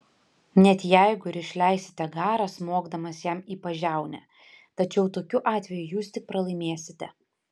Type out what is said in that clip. net jeigu ir išleisite garą smogdamas jam į pažiaunę tačiau tokiu atveju jūs tik pralaimėsite